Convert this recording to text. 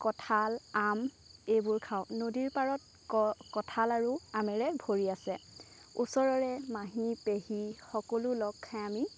কঁঠাল আম এইবোৰ খাওঁ নদীৰ পাৰত কঁ কঁঠাল আৰু আমেৰে ভৰি আছে ওচৰৰে মাহী পেহী সকলো লগ খাই আমি